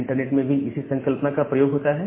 internet में भी इसी संकल्पना का प्रयोग होता है